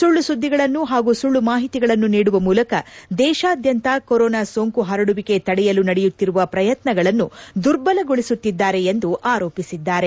ಸುಳ್ಳು ಸುದ್ದಿಗಳನ್ನು ಹಾಗೂ ಸುಳ್ಳು ಮಾಹಿತಿಗಳನ್ನು ನೀಡುವ ಮೂಲಕ ದೇಶಾದ್ಯಂತ ಕೊರೊನಾ ಸೋಂಕು ಹರಡುವಿಕೆ ತಡೆಯಲು ನಡೆಯುತ್ತಿರುವ ಪ್ರಯತ್ನಗಳನ್ನು ದುರ್ಬಲಗೊಳಿಸುತ್ತಿದ್ದಾರೆಂದು ಆರೋಪಿಸಿದ್ದಾರೆ